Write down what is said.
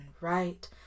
right